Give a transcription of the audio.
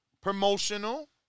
promotional